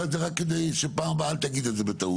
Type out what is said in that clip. את זה רק כדי שפעם הבאה אל תגיד את זה בטעות.